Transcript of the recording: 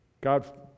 God